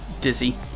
Dizzy